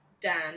Dan